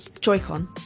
Joy-Con